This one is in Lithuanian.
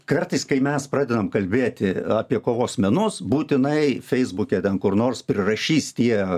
kartais kai mes pradedam kalbėti apie kovos menus būtinai feisbuke ten kur nors prirašys tie